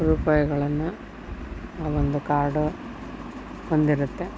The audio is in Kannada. ರೂಪಾಯಿಗಳನ್ನ ಆ ಒಂದು ಕಾರ್ಡು ಹೊಂದಿರುತ್ತೆ